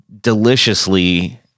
deliciously